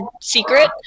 secret